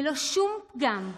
ללא "שום פגם".